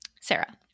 Sarah